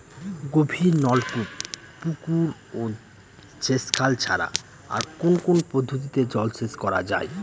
গভীরনলকূপ পুকুর ও সেচখাল ছাড়া আর কোন কোন পদ্ধতিতে জলসেচ করা যায়?